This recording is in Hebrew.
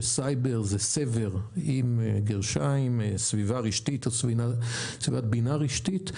שסייבר זה סב"ר סביבה רשתית או סביבת בינה רשתית.